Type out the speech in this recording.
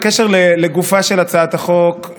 בקשר לגופה של הצעת החוק,